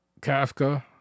Kafka